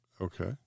Okay